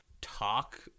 talk